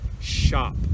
SHOP